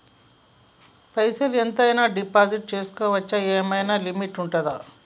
పైసల్ ఎంత అయినా డిపాజిట్ చేస్కోవచ్చా? ఏమైనా లిమిట్ ఉంటదా?